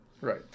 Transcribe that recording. right